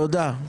תודה.